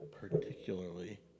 particularly